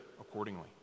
accordingly